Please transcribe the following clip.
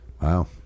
Wow